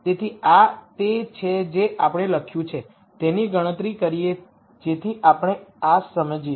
તેથીઆ તે છે જે આપણે લખ્યું છે તેની ગણતરી કરીએ જેથી આપણે આ સમજીએ